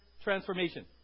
Transformation